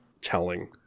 telling